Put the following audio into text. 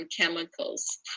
chemicals